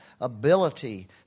ability